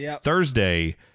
thursday